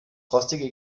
rostige